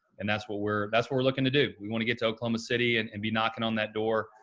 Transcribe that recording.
and that's what we're that's what we're looking to do. we want to get to oklahoma city, and and be knocking on that door,